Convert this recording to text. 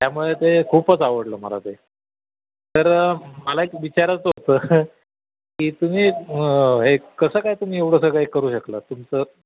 त्यामुळे ते खूपच आवडलं मला ते तर मला एक विचारायचं होतं की तुम्ही हे कसं काय तुम्ही एवढंसं काही करू शकला तुमचं